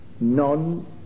non